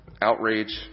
outrage